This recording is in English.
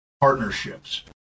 partnerships